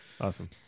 Awesome